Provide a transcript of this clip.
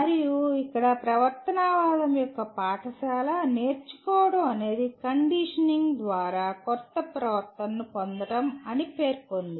మరియు ఇక్కడ ప్రవర్తనవాదం యొక్క పాఠశాల నేర్చుకోవడం అనేది కండిషనింగ్ ద్వారా కొత్త ప్రవర్తనను పొందడం అని పేర్కొంది